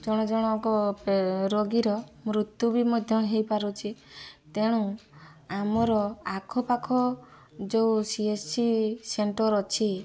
ଜଣ ଜଣକ ରୋଗୀର ମୃତ୍ୟୁ ବି ମଧ୍ୟ ହେଇପାରୁଛି ତେଣୁ ଆମର ଆଖପାଖ ଯେଉଁ ସି ଏ ସି ସେଣ୍ଟର୍ ଅଛି